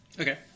Okay